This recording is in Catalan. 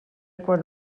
quan